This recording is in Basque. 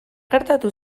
gertatu